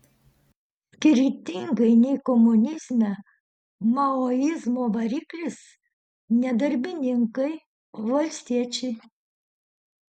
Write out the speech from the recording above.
skirtingai nei komunizme maoizmo variklis ne darbininkai o valstiečiai